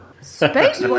Space